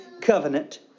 covenant